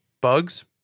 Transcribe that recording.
Bugs